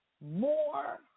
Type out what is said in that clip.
more